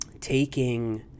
taking